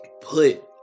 put